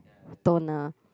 toner